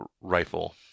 rifle